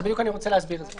בדיוק אני רוצה להסביר את זה.